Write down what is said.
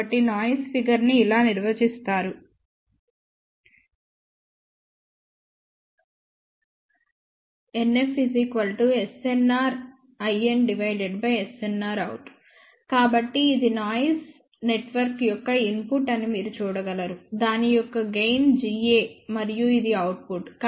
కాబట్టి noise figure ని ఇలా నిర్వచిస్తారు NFSNRinSNRout కాబట్టి ఇది నాయిసీ నెట్వర్క్ యొక్క ఇన్పుట్ అని మీరు చూడగలరు దాని యొక్క గెయిన్ Ga మరియు ఇది అవుట్పుట్